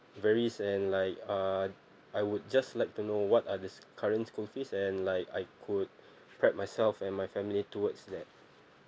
varies and like uh I would just like to know what are the current school fees and like I could prep myself and my family towards there